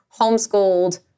homeschooled